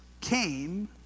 came